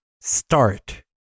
start